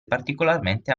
particolarmente